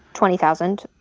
twenty thousand.